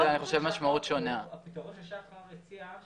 הפתרון ששחר הציע,